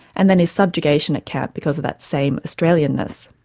and then his subjugation at camp because of that same australian-ness.